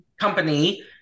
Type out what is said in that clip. company